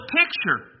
picture